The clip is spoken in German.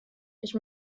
ich